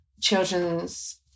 children's